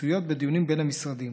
מצויות בדיונים בין המשרדים.